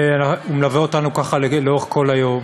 ומלווה אותנו לאורך כל היום.